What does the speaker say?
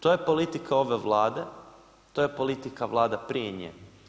To je politika ove vlade, to je politika vlada prije nje.